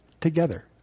together